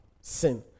sin